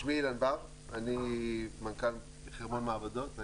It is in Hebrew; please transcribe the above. אני מנכ"ל בחרמון מעבדות.